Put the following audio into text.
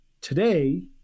today